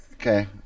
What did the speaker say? Okay